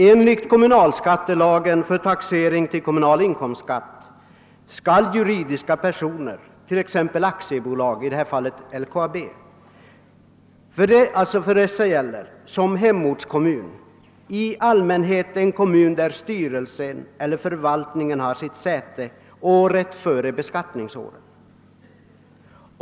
Enligt kommunalskattelagen beträffande taxering till kommunal inkomstskatt gäller för juridiska personer, t.ex. aktiebolag och i detta fall LKAB, som hemortskommun i allmänhet den kommun där styrelse eller förvaltning har sitt säte året före beskattningsåret.